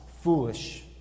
foolish